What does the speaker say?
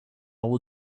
will